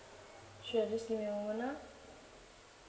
sure just give me a moment ah